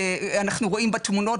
ואנחנו רואים בתמונות,